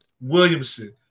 Williamson